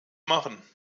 machen